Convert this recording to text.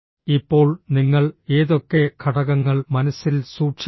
ഇപ്പോൾ നിങ്ങൾ ഏതൊക്കെ ഘടകങ്ങൾ മനസ്സിൽ സൂക്ഷിക്കണം